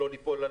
לא ליפול על